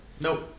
Nope